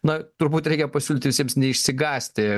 na turbūt reikia pasiūlyt visiems neišsigąsti